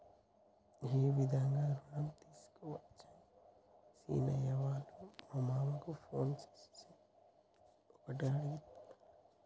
ఏ విధంగా రుణం తీసుకోవచ్చని సీనయ్య వాళ్ళ మామ కు ఫోన్ చేసి ఒకటే అడుగుతుండు